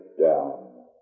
down